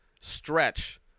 stretch